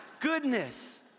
goodness